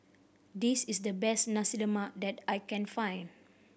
this is the best Nasi Lemak that I can find